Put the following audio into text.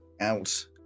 out